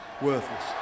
worthless